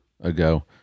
ago